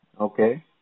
okay